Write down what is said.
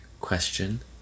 question